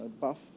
buff